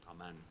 amen